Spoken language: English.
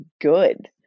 good